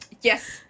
yes